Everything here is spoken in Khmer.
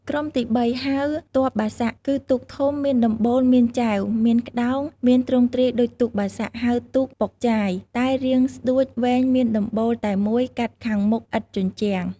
ក្រុមទី៣ ហៅ ទ័ពបាសាក់ គឺទូកធំមានដំបូលមានចែវ មានក្តោង មានទ្រង់ទ្រាយដូចទូកបាសាក់ ហៅទូក ប៉ុកចាយ តែរាងស្តួចវែងមានដំបូល តែមួយកាត់ខាងមុខឥតជញ្ជាំង។